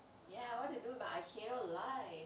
ya what to do about aikido life